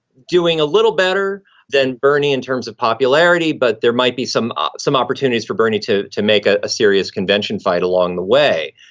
doing a little better than bernie in terms of popularity. but there might be some some opportunities for bernie to to make ah a serious convention fight along the way.